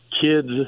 kids